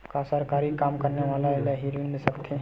का सरकारी काम करने वाले ल हि ऋण मिल सकथे?